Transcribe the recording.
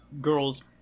girls